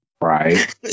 Right